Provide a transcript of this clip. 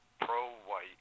pro-white